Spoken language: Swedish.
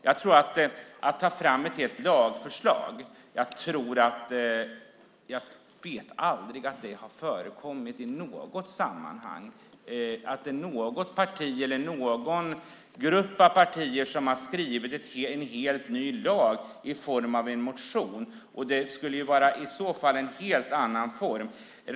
Jag vet inte om det i något sammanhang har förekommit att något parti eller någon grupp av partier har skrivit ett helt nytt lagförslag i form av en motion. Det skulle i så fall vara en helt annan form.